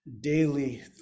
daily